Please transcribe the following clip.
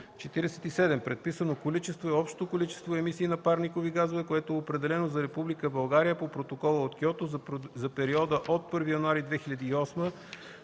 47. „Предписано количество” е общото количество емисии на парникови газове, което е определено за Република България по Протокола от Киото за периода от 1 януари 2008 г.